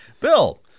Bill